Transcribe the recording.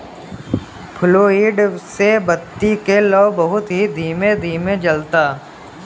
fluid से बत्ती के लौं बहुत ही धीमे धीमे जलता